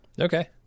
Okay